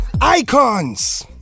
Icons